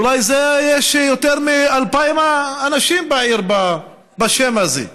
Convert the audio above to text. אולי זה יש יותר מ-2,000 אנשים בעיר בשם הזה.